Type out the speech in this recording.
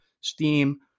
steam